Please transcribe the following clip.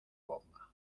bomba